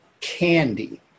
candy